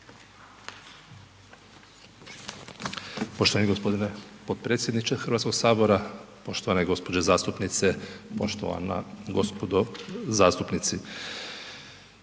Poštovani gospodine potpredsjedniče Hrvatskog sabora, poštovane gospođe zastupnice, poštovana gospodo zastupnici,